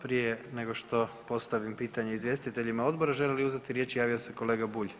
Prije nego što postavim pitanje izvjestiteljima odbora žele li uzeti riječ, javio se kolega Bulj.